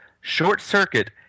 short-circuit